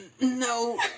No